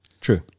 True